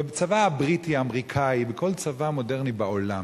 בצבא הבריטי, האמריקאי, בכל צבא מודרני בעולם